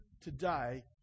today